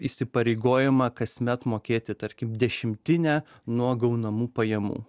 įsipareigojama kasmet mokėti tarkim dešimtinę nuo gaunamų pajamų